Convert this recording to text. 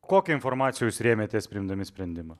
kokią informaciją jūs rėmėtės priimdami sprendimą